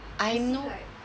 I know